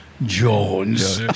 Jones